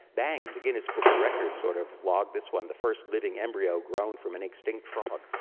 bang, the guinness book of records sort of logged this one, the first living embryo grown from an extinct frog,